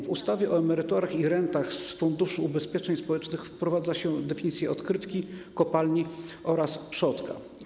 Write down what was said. W ustawie o emeryturach i rentach z Funduszu Ubezpieczeń Społecznych wprowadza się definicje odkrywki, kopalni oraz przodka.